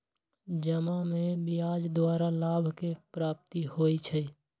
जमा में ब्याज द्वारा लाभ के प्राप्ति होइ छइ